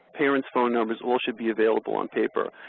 parent's phone numbers, all should be available on paper.